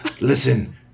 Listen